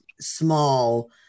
small